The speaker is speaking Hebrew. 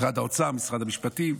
משרד האוצר, משרד המשפטים,